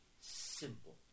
simple